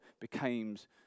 becomes